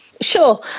sure